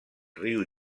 riu